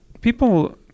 people